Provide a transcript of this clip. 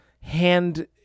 hand